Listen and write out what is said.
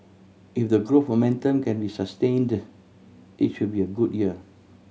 if the growth for momentum can be sustained it should be a good year